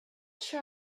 sure